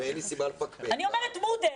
ואין לי סיבה לפקפק בה --- אני אומרת מודל,